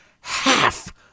half